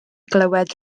glywed